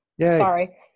Sorry